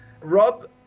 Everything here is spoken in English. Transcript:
Rob